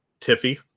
tiffy